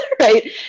right